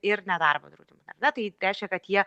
ir nedarbo draudimu ar ne tai reiškia kad jie